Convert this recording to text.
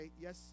Yes